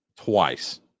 twice